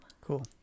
cool